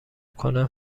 کنم